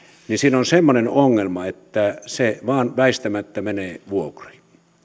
siinä on semmoinen ongelma että se vain väistämättä menee vuokriin